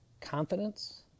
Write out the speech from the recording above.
confidence